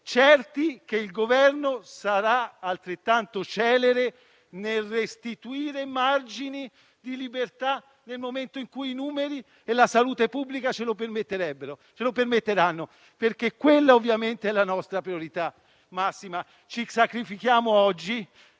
certi che il Governo sarà altrettanto celere nel restituire margini di libertà nel momento in cui i numeri e la salute pubblica ce lo permetteranno, perché quella ovviamente è la nostra priorità massima. Ci sacrifichiamo oggi,